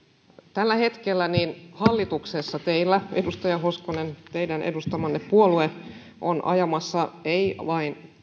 tällä hetkellä hallituksessa edustaja hoskonen teidän edustamanne puolue on ajamassa ei vain